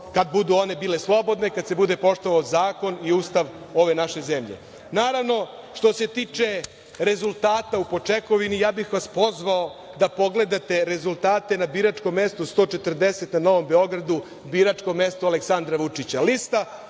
kada budu one bile slobodne kada se bude poštovao zakon i Ustav ove naše zemlje.24/2 JJ/MĆNaravno, što se tiče rezultata po čekovini, ja bih vas pozvao da pogledate rezultate na biračkom mestu 140 na Novom Beogradu biračkog mesta Aleksandra Vučića. Lista